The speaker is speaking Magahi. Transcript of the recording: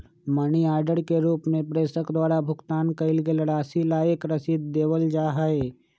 मनी ऑर्डर के रूप में प्रेषक द्वारा भुगतान कइल गईल राशि ला एक रसीद देवल जा हई